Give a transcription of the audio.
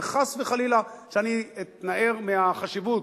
וחס וחלילה שאני אתנער מהחשיבות.